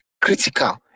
critical